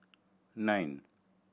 nine